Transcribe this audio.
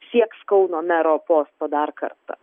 sieks kauno mero posto darkartą